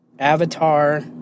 Avatar